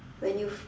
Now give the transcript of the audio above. when you